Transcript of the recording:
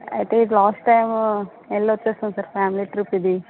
అయితే ఇది last time వెళ్ళి వచ్చేస్తాము సార్ ఇది ఫ్యామిలీ ట్రిప్ ఇది